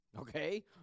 Okay